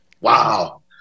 wow